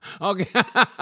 Okay